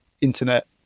internet